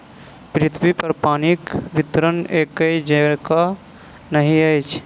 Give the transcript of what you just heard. पृथ्वीपर पानिक वितरण एकै जेंका नहि अछि